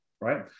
right